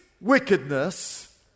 wickedness